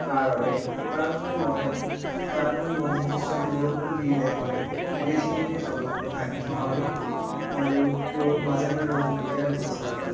তাৰবাবে তাৰ বাবে মই তাৰ বাবে মই যেতিয়া বৰষুণ দি দিলে মই পলিথিনেই ছবিৰ ওপৰত ঢাকি থওঁ আৰু ৰ'দ মাজে মাজে ৰ'দত দিয়াৰ ব্যৱস্থা কৰোঁ